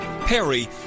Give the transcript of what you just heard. Perry